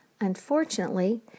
Unfortunately